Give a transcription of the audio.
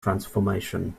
transformation